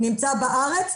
נמצא בארץ,